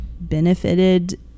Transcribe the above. benefited